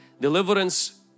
Deliverance